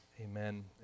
Amen